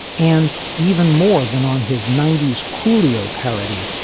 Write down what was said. and even more than on his ninety s coolio parody,